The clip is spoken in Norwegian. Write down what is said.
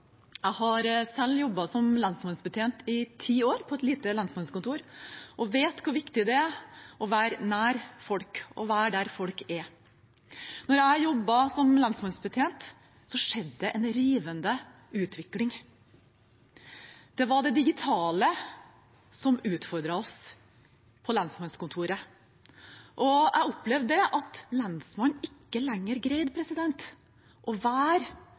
Jeg har selv jobbet som lensmannsbetjent i ti år på et lite lensmannskontor, og vet hvor viktig det er å være nær folk og være der folk er. Da jeg jobbet som lensmannsbetjent, skjedde det en rivende utvikling. Det var det digitale som utfordret oss på lensmannskontoret, og jeg opplevde at lensmannen ikke lenger på samme måte greide å være